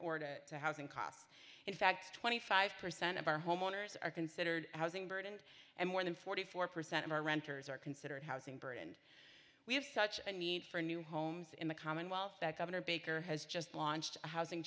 or to to housing costs in fact twenty five percent of our homeowners are considered housing burdened and more than forty four percent of our renters are considered housing burdened we have such a need for new homes in the commonwealth that governor baker has just launched a housing